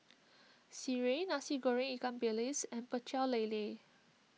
Sireh Nasi Goreng Ikan Bilis and Pecel Lele